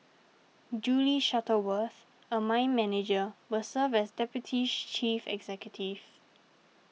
Julie Shuttleworth a mine manager will serve as deputies chief executive